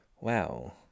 Wow